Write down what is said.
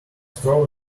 straw